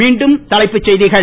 மீண்டும் தலைப்புச் செய்திகள்